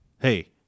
Hey